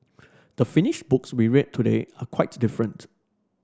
the finished books we read today are quite different